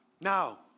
now